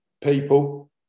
people